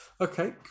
Okay